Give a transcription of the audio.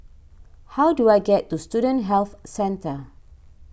how do I get to Student Health Centre